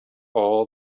all